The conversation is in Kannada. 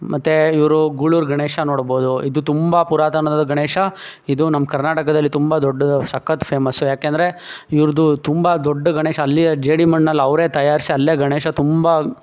ಮತ್ತು ಇವರು ಗೂಳೂರು ಗಣೇಶ ನೋಡ್ಬೋದು ಇದು ತುಂಬ ಪುರಾತನವಾದ ಗಣೇಶ ಇದು ನಮ್ಮ ಕರ್ನಾಟಕದಲ್ಲಿ ತುಂಬ ದೊಡ್ಡ ಸಕತ್ತು ಫೇಮಸ್ಸು ಯಾಕೆ ಅಂದರೆ ಇವ್ರದ್ದು ತುಂಬ ದೊಡ್ಡ ಗಣೇಶ ಅಲ್ಲಿಯೇ ಜೇಡಿ ಮಣ್ಣಲ್ಲಿ ಅವರೇ ತಯಾರಿಸಿ ಅಲ್ಲೇ ಗಣೇಶ ತುಂಬ